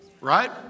right